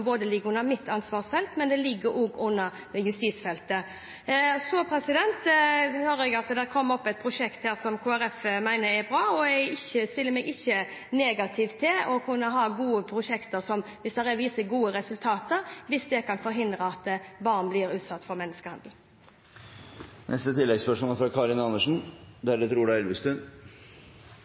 både ligger under mitt ansvarsfelt, og som ligger under justisfeltet. Så hører jeg om et prosjekt som Kristelig Folkeparti mener er bra. Jeg stiller meg ikke negativt til å kunne ha gode prosjekter som viser gode resultater, hvis det kan forhindre at barn blir utsatt for menneskehandel. Karin Andersen – til oppfølgingsspørsmål. Da er